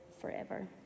forever